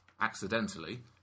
accidentally